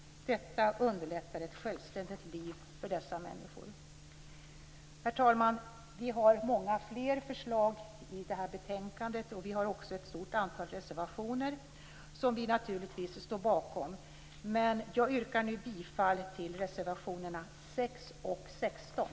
Detta underlättar ett självständigt liv för dessa människor. Herr talman! Vi har många fler förslag som behandlas i detta betänkande, och vi har ett stort antal reservationer. Vi står naturligtvis bakom dem, men jag yrkar nu bifall till reservationerna 6 och 16.